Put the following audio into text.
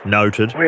noted